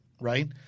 right